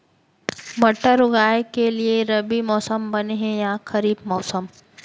मटर उगाए के लिए रबि मौसम बने हे या खरीफ मौसम?